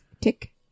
Tick